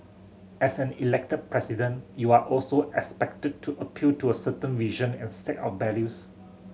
as an Elected President you are also expected to appeal to a certain vision and set of values